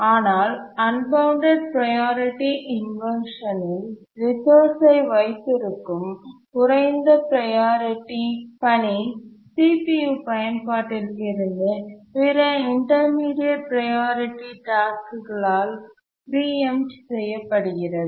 ஆனால் unbounded priority inversion இல் resource ஐ வைத்திருக்கும் குறைந்த ப்ரையாரிட்டி பணி CPU பயன்பாட்டில் இருந்து பிற இன்டர்மீடியட் ப்ரையாரிட்டி டாஸ்க் களால் பிரீஎம்ட் செய்யப்படுகிறது